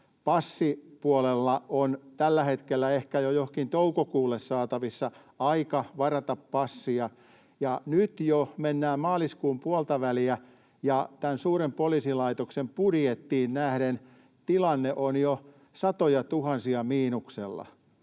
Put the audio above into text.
passipuolella on tällä hetkellä ehkä jo johonkin toukokuulle saatavissa aika varata passia, ja nyt jo mennään maaliskuun puoltaväliä ja tämän suuren poliisilaitoksen budjettiin nähden tilanne on jo satojatuhansia miinuksella.